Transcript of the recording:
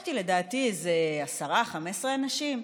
פגשתי לדעתי עשרה, 15 אנשים.